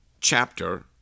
chapter